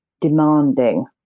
demanding